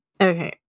Okay